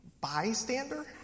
Bystander